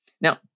Now